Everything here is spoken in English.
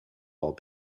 all